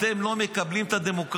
אתם לא מקבלים את הדמוקרטיה.